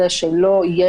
(5) ו-(6).